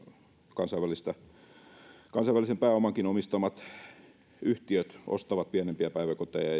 kansainvälisen kansainvälisen pääomankin omistamat yhtiöt ostavat pienempiä päiväkoteja